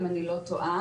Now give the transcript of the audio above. אם אני לא טועה.